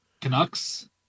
Canucks